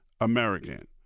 American